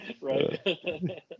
Right